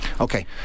Okay